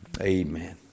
Amen